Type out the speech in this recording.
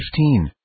15